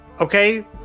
okay